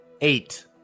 Eight